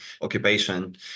occupation